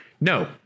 no